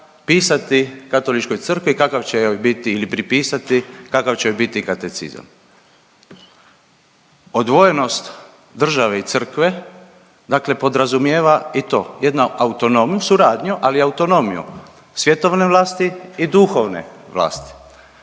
pisati Katoličkoj crkvi kakav će joj biti ili pripisati kakav će joj biti katecizam. Odvojenost države i crkve dakle podrazumijeva i to jedna autonom… suradnju ali autonomiju svjetovne vlasti i duhovne vlasti.